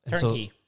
turnkey